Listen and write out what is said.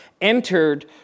entered